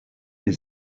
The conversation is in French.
des